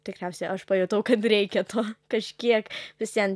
tikriausiai aš pajutau kad reikia to kažkiek vis vien